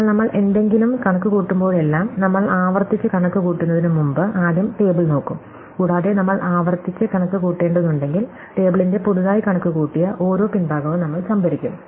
എന്നാൽ നമ്മൾ എന്തെങ്കിലും കണക്കുകൂട്ടുമ്പോഴെല്ലാം നമ്മൾ ആവർത്തിച്ച് കണക്കുകൂട്ടുന്നതിനുമുമ്പ് ആദ്യം ടേബിൾ നോക്കും കൂടാതെ നമ്മൾ ആവർത്തിച്ച് കണക്കുകൂട്ടേണ്ടതുണ്ടെങ്കിൽ ടേബിളിന്റെ പുതുതായി കണക്കുകൂട്ടിയ ഓരോ പിൻഭാഗവും നമ്മൾ സംഭരിക്കും